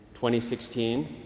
2016